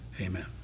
amen